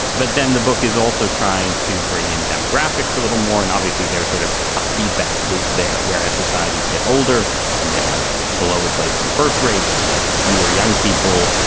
but then the book is also trying to bring in demographics a little. warren, obviously there's sort of a feedback loop there, whereas societies get older and they have below replacement birth rates, you have fewer young people,